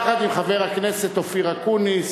יחד עם חבר הכנסת אופיר אקוניס